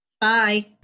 Bye